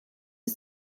sie